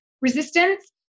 resistance